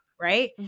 right